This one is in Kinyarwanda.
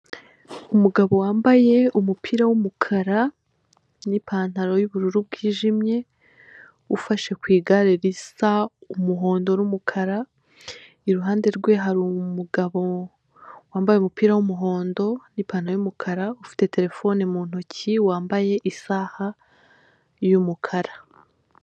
Umugabo wambaye umupira w'umukara, n'ipantaro y'ubururu bwijmye ufashe ku gare risa umuhondo, n'umukara ruhande rwe hari umugabo wambaye umupira w'umuhondo, n'ipantaro y'umukara, ufite telefone mu ntoki ,wambaye isaha y'umukara.